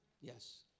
Yes